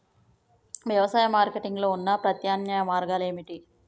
వ్యవసాయ మార్కెటింగ్ లో ఉన్న ప్రత్యామ్నాయ మార్గాలు ఏమిటి?